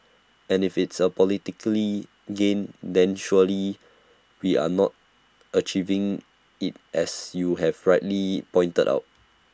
and if IT is A political gain then surely we are not achieving IT as you have rightly pointed out